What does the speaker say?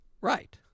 Right